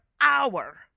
hour